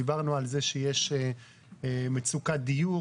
דיברנו על זה שיש מצוקת דיור,